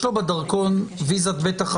יש לו בדרכון ויזה ב1,